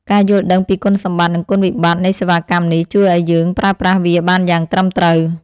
ការយល់ដឹងពីគុណសម្បត្តិនិងគុណវិបត្តិនៃសេវាកម្មនេះ ជួយឱ្យយើងប្រើប្រាស់វាបានយ៉ាងត្រឹមត្រូវ។